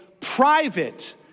private